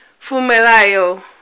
Fumelayo